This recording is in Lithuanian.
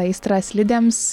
aistra slidėms